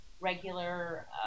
regular